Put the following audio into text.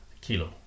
kilo